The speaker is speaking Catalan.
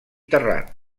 terrat